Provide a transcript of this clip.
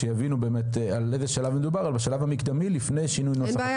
שיבינו באיזה שלב מדובר השלב המקדמי לפני שינוי נוסח הצעת החוק.